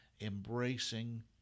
embracing